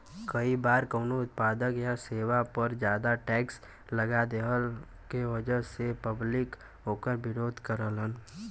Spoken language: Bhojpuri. कई बार कउनो उत्पाद या सेवा पर जादा टैक्स लगा देहले क वजह से पब्लिक वोकर विरोध करलन